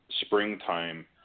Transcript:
springtime